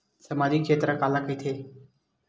सामजिक क्षेत्र काला कइथे?